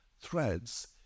Threads